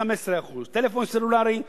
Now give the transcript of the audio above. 15%; טלפון סלולרי,